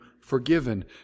forgiven